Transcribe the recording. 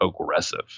aggressive